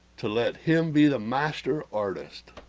to, let him be the master artist